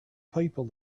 people